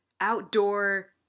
outdoor